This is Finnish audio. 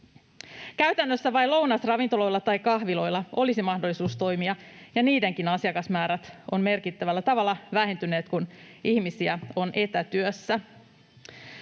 Käytännössä vain lounasravintoloilla tai kahviloilla olisi mahdollisuus toimia, ja niidenkin asiakasmäärät ovat merkittävällä tavalla vähentyneet, kun ihmisiä on etätyössä.